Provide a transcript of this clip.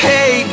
Hey